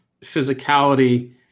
physicality